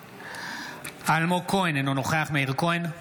בעד אלמוג כהן, אינו נוכח מאיר כהן,